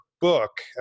book